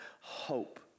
hope